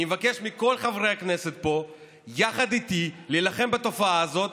אני מבקש מכל חברי הכנסת פה להילחם יחד איתי בתופעה הזאת,